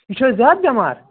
یہِ چھِ حظ زیادٕ بیٚمار